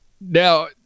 Now